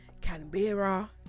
Canberra